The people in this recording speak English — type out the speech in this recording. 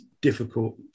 difficult